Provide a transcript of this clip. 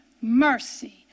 mercy